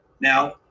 now